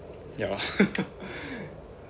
ya lor